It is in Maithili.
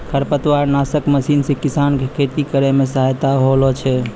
खरपतवार नासक मशीन से किसान के खेती करै मे सहायता होलै छै